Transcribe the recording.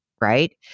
right